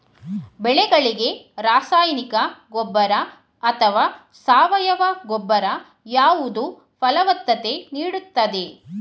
ಬೆಳೆಗಳಿಗೆ ರಾಸಾಯನಿಕ ಗೊಬ್ಬರ ಅಥವಾ ಸಾವಯವ ಗೊಬ್ಬರ ಯಾವುದು ಫಲವತ್ತತೆ ನೀಡುತ್ತದೆ?